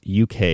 UK